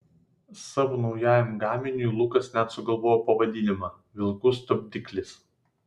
savo naujajam gaminiui lukas net sugalvojo pavadinimą vilkų stabdiklis